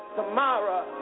tomorrow